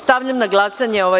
Stavljam na glasanje ovaj